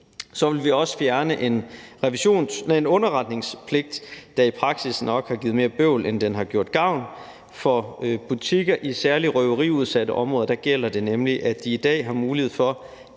Så vil vi også fjerne en underretningspligt, der i praksis nok har givet mere bøvl, end den har gjort gavn. For butikker i særlig røveriudsatte områder gælder det nemlig, at de i dag har mulighed for